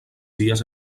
dies